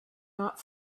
not